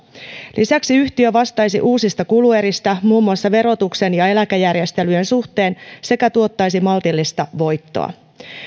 lisäksi yhtiö vastaisi uusista kulueristä muun muassa verotuksen ja eläkejärjestelyjen suhteen sekä tuottaisi maltillista voittoa